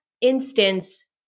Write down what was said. instance